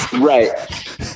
right